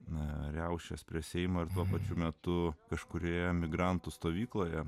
na riaušes prie seimo ir tuo pačiu metu kažkurioje emigrantų stovykloje